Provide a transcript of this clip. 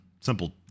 simple